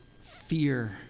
fear